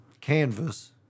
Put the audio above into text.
canvas